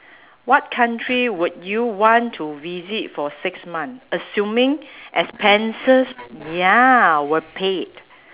what country would you want to visit for six month assuming expenses ya were paid